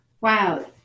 wow